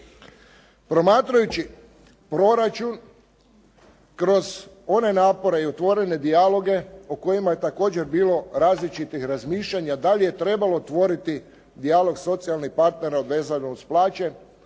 Promatrajući proračun kroz one napore i otvorene dijaloge o kojima je također bilo različitih razmišljanja da li je trebalo tvoriti dijalog socijalnih partnera vezano uz plaće,